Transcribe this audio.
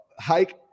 hike